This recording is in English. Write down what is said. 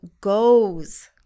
goes